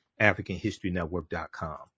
AfricanHistoryNetwork.com